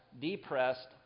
Depressed